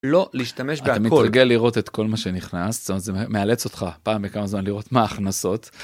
לא להשתמש בהכל. אתה מתרגל לראות את כל מה שנכנס, זאת אומרת זה מאלץ אותך פעם בכמה זמן לראות מה ההכנסות.